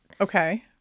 Okay